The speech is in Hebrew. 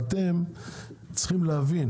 ואתם צריכים להבין